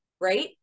right